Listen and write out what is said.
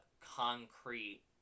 concrete